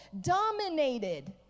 dominated